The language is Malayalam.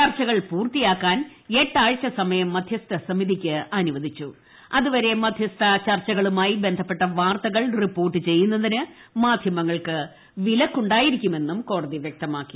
ചർച്ചകൾ പൂർത്തിയാക്കാൻ എട്ടാഴ്ച്ച സമയം മധ്യസ്ഥ സമിതിക്ക് അനുവദിച്ചു അതുവരെ മധ്യസ്ഥ ചർച്ചകളുമായി ബന്ധപ്പെട്ട വാർത്തകൾ റിപ്പോർട്ട് ചെയ്യുന്നതിന് മാധ്യമങ്ങൾക്ക് വിലക്കുണ്ടായിരിക്കുമെന്നും കോടതി വ്യക്തമാക്കി